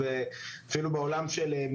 בוקר טוב לכולם.